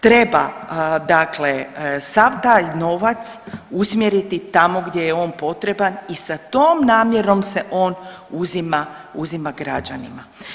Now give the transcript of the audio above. Treba dakle sav taj novac usmjeriti tamo gdje je on potreban i sa tom namjerom se on uzima građanima.